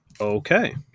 Okay